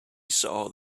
saw